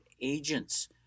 agents